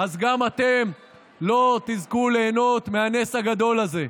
אז גם אתם לא תזכו ליהנות מהנס הגדול הזה.